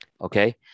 Okay